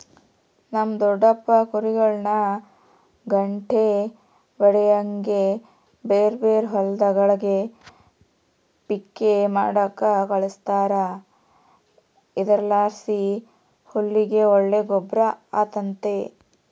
ನಮ್ ದೊಡಪ್ಪ ಕುರಿಗುಳ್ನ ಗಂಟೆ ಬಾಡಿಗ್ಗೆ ಬೇರೇರ್ ಹೊಲಗುಳ್ಗೆ ಪಿಕ್ಕೆ ಮಾಡಾಕ ಕಳಿಸ್ತಾರ ಇದರ್ಲಾಸಿ ಹುಲ್ಲಿಗೆ ಒಳ್ಳೆ ಗೊಬ್ರ ಆತತೆ